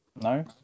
No